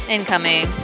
Incoming